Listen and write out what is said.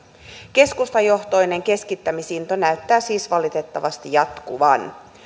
keskustajohtoinen keskittämisinto näyttää siis valitettavasti jatkuvan